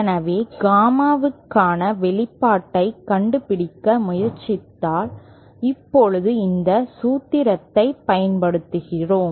எனவே காமாவுக்கான வெளிப்பாட்டைக் கண்டுபிடிக்க முயற்சித்தால் இப்போது இந்த சூத்திரத்தைப் பயன்படுத்துகிறோம்